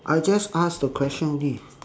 I just ask the question only